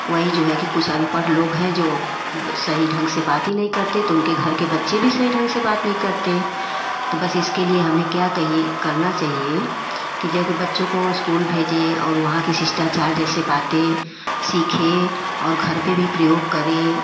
वही जो है कि कुछ अनपढ़ लोग हैं जो सही ढंग से बात ही नहीं करते तो उनके घर के बच्चे भी सही ढंग से बात नहीं करते तो बस इसके लिए हमें क्या कहिए करना चाहिए कि जाके बच्चों को स्कूल भेजें और वहाँ के शिष्टाचार जैसे बातें सीखें और घर पे भी प्रयोग करें